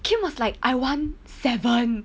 kim was like I want seven